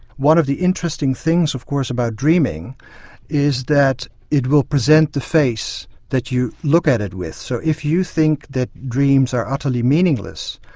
one of the interesting things of course about dreaming is that it will present the face that you look at it with, so if you think that dreams are utterly meaningless,